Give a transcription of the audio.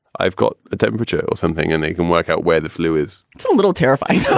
i've got a temperature or something and they can work out where the flu is it's a little terrifying yeah